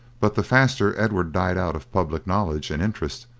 but the faster edward died out of public knowledge and interest,